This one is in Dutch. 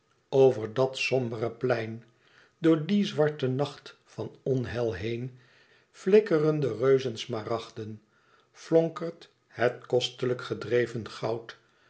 over dat sombere plein door dien zwarten nacht van onheil heen flikkeren de reuzensmaragden flonkert het kostelijk gedreven goud